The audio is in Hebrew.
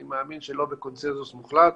אני מאמין שלא בקונסנזוס מוחלט,